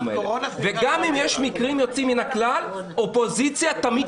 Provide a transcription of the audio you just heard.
וגם אם יש מקרים יוצאים מן הכלל האופוזיציה תמיד